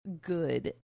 good